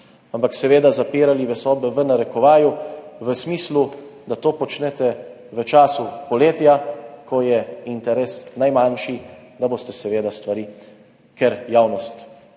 ampak seveda, zapirali v sobe v narekovaju, v smislu, da to počnete v času poletja, ko je interes najmanjši, da boste seveda stvari, ker javnost